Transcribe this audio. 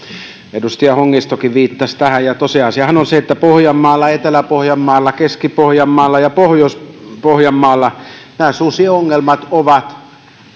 edustaja hongistokin viittasi tähän ja tosiaan sehän on se että pohjanmaalla etelä pohjanmaalla keski pohjanmaalla ja pohjois pohjanmaalla nämä susiongelmat ovat